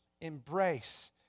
embrace